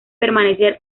permanecer